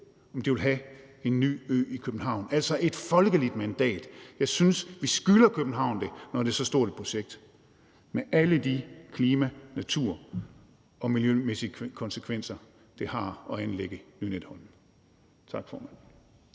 om de vil have en ny ø i København, altså et folkeligt mandat. Jeg synes, vi skylder København det, når det er så stort et projekt med alle de klima-, natur- og miljømæssige konsekvenser, det har at anlægge Lynetteholmen. Tak, formand.